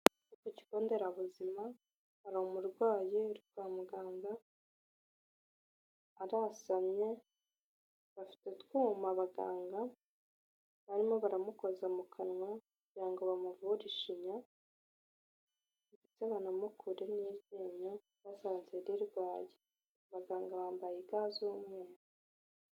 Ku kigonderabuzima hari umurwayi uri kwa muganga, arasamye bafite utwuma, abaganga barimo baramukoza mu kanwa, kugira ngo bamuvure ishinya ndetse banamukure n'iryinyo basanze rirwaye, abaganga bambaye iga z'umunyu.